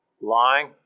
lying